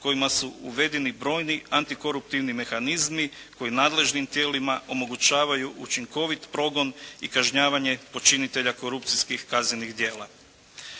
kojima su uvedeni brojni antikoruptivni mehanizmi koji nadležnim tijelima omogućavaju učinkovit progon i kažnjavanje počinitelja korupcijskih kaznenih djela.